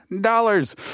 dollars